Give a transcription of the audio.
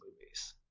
movies